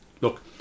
look